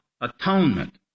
atonement